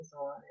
on